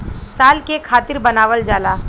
साल के खातिर बनावल जाला